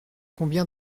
combien